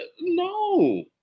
No